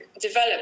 develop